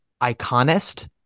iconist